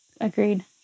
Agreed